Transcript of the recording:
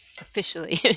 Officially